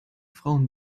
frauen